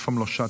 אף פעם לא שטתי,